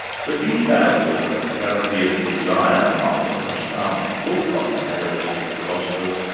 for details of the therapy of desire, martha nussbaum's book on the hellenistic philosophers,